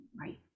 Right